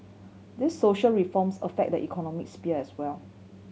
these social reforms affect the economic sphere as well